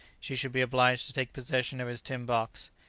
she should be obliged to take possession of his tin box.